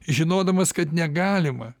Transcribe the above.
žinodamas kad negalima